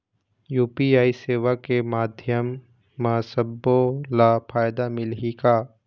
UPI सेवा के माध्यम म सब्बो ला फायदा मिलही का?